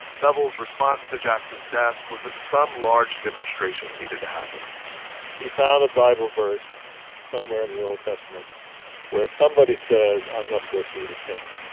bevel's response to jackson's death was that some large demonstration needed to happen he found a bible verse somewhere in the old testament where somebody says, i must go see the king.